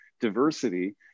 diversity